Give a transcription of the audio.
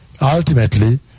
Ultimately